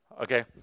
Okay